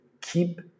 keep